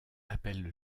appelle